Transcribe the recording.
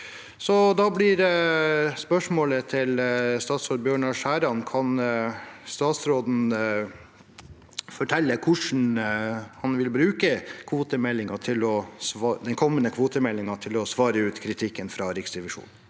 Da blir spørsmålet til statsråd Bjørnar Skjæran: Kan statsråden fortelle hvordan han vil bruke den kommende kvotemeldingen til å svare ut kritikken fra Riksrevisjonen?